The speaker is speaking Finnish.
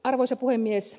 arvoisa puhemies